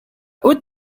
haute